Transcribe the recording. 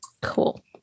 Cool